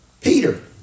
Peter